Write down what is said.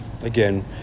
Again